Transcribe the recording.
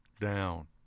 down